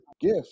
gift